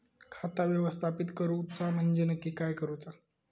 खाता व्यवस्थापित करूचा म्हणजे नक्की काय करूचा?